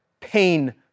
pain